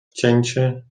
cięcie